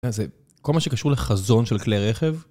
זה... כל מה שקשור לחזון של כלי רכב